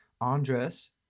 andres